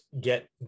get